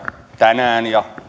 tänään ja